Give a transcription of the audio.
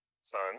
son